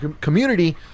community